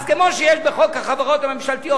אז כמו שיש בחוק החברות הממשלתיות,